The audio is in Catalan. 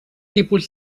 tipus